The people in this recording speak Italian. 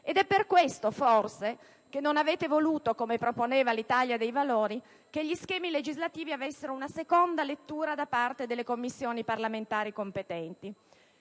forse per questo motivo che non avete voluto, come proponeva l'Italia dei Valori, che gli schemi legislativi avessero una seconda lettura da parte delle Commissioni parlamentari competenti.